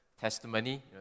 testimony